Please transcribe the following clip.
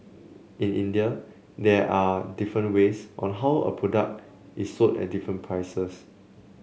in India there are different ways on how a product is sold at different prices